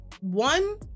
one